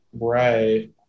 Right